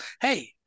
hey